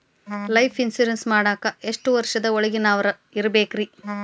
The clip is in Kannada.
ಲೈಫ್ ಇನ್ಶೂರೆನ್ಸ್ ಮಾಡಾಕ ಎಷ್ಟು ವರ್ಷದ ಒಳಗಿನವರಾಗಿರಬೇಕ್ರಿ?